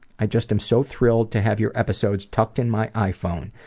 i just am so thrilled to have your episodes tucked in my iphone.